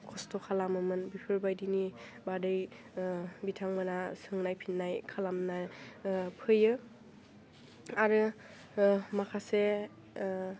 खस्थ' खालामोमोन बेफोर बायदिनि बादै बिथांमोना सोंनाय फिन्नाय खालामना फैयो आरो माखासे